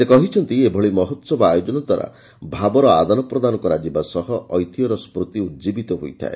ସେ କହିଛନ୍ତି ଏଭଳି ମହୋହବ ଆୟୋଜନ ଦ୍ୱାରା ଭାବର ଆଦାନ ପ୍ରଦାନ କରାଯିବା ସହ ଐତିହ୍ୟର ସ୍କୃତି ଉଦ୍ଯିବିତ ହୋଇଥାଏ